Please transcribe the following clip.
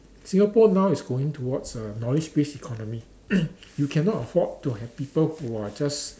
Singapore now is going toward a knowledge based economy you cannot afford to have people who are just